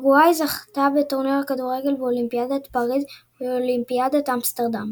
אורוגוואי זכתה בטורניר הכדורגל באולימפיאדת פריז ובאולימפיאדת אמסטרדם.